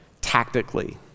tactically